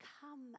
come